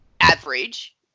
average